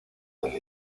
del